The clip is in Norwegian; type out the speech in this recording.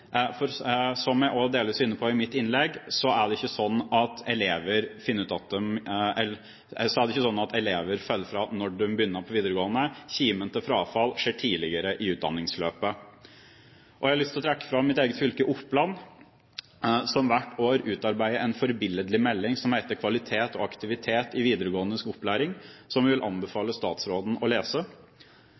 og videregående. Jeg tror kanskje det er noe av nøkkelen. Som jeg også delvis var inne på i mitt innlegg, er det ikke slik at elever faller fra når de begynner på videregående – kimen til frafall ligger tidligere i utdanningsløpet. Jeg har lyst til å trekke fram mitt eget fylke, Oppland, som hvert år utarbeider en forbilledlig melding som heter «Melding om kvalitet og aktivitet» i videregående opplæring, som jeg vil anbefale statsråden å lese.